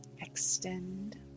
extend